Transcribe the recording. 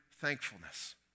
thankfulness